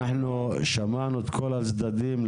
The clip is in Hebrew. אנחנו שמענו את כל הצדדים,